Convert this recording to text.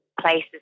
places